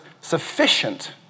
sufficient